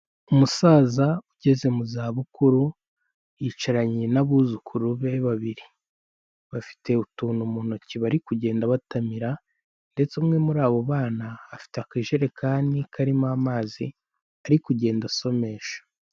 Umusaza ugeze mu zabukuru yicaranye n'abuzukuru be babiri, bafite utuntu mu ntoki bari kugenda batamira ndetse umwe muri abo bana, afite akajerekani karimo amazi ari kugenda asomesha.